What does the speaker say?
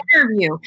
interview